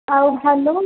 ଆଉ ଭାଲୁ